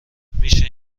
میشه